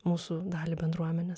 mūsų dalį bendruomenės